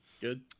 Good